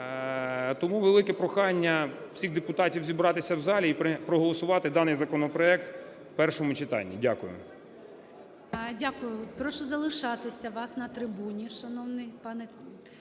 Тому велике прохання: всіх депутатів зібратися в залі і проголосувати даний законопроект у першому читанні. Дякую.